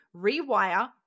rewire